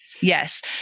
Yes